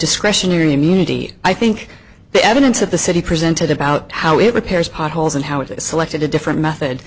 discretionary immunity i think the evidence of the city presented about how it repairs potholes and how it is selected a different method